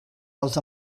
dels